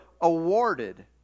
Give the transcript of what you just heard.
awarded